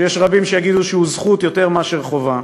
שיש רבים שיגידו שהוא זכות יותר מאשר חובה.